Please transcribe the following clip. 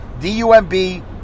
D-U-M-B